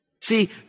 See